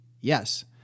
Yes